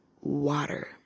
water